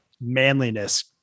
manliness